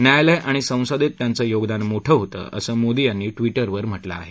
न्यायालय आणि संसदेत त्यांचं योगदान मोठं होतं असं मोदी यांनी ट्वीटरवर म्हटलं आहे